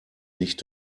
nicht